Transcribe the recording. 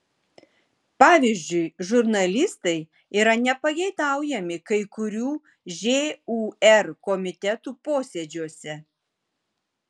pavyzdžiui žurnalistai yra nepageidaujami kai kurių žūr komitetų posėdžiuose